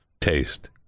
taste